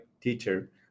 teacher